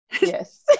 Yes